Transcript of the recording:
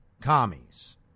commies